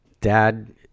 dad